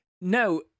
no